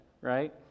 right